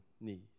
need